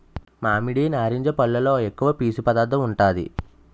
మామిడి, నారింజ పల్లులో ఎక్కువ పీసు పదార్థం ఉంటాది